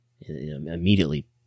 immediately